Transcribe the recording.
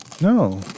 No